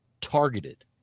Targeted